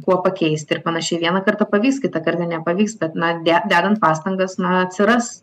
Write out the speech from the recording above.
kuo pakeisti ir panašiai vieną kartą pavyks kitą kartą nepavyks bet na de dedant pastangas na atsiras